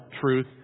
truth